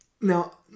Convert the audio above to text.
Now